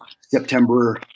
September